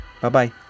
Bye-bye